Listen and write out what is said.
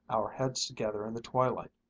our heads together in the twilight.